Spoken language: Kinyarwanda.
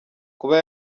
kuba